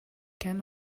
can